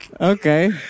Okay